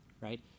right